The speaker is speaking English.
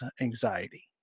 anxiety